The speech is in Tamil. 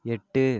எட்டு